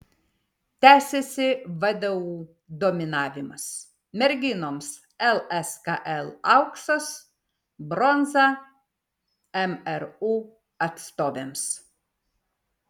tęsiasi vdu dominavimas merginoms lskl auksas bronza mru atstovėms